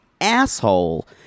asshole